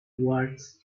wars